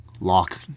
Lock